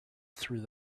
through